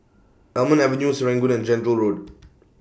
Almond Avenue Serangoon and Gentle Road